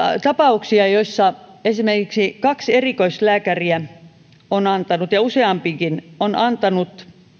tapauksia joissa esimerkiksi kaksi erikoislääkäriä ja useampikin on antanut